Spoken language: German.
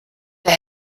der